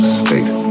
state